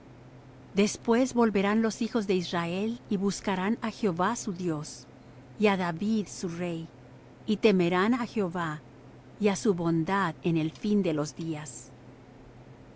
después volverán los hijos de israel y buscarán á jehová su dios y á david su rey y temerán á jehová y á su bondad en el fin de los días oid